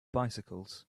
bicycles